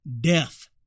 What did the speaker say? Death